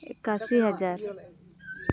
ᱮᱠᱟᱥᱤ ᱦᱟᱡᱟᱨ